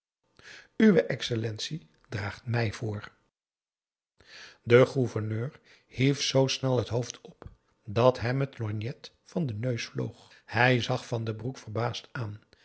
uwe exellentie draagt mij voor de gouverneur hief zoo snel het hoofd op dat hem het lorgnet van den neus vloog hij zag van den broek verbaasd aan